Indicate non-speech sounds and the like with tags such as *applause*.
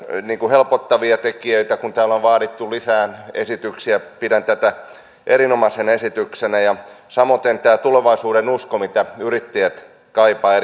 helpottavia tekijöitä kun täällä on vaadittu lisää esityksiä pidän tätä erinomaisena esityksenä samoiten on tämä tulevaisuudenusko mitä yrittäjät kaipaavat *unintelligible*